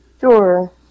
Sure